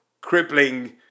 crippling